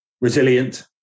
resilient